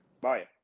Bye